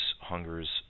hungers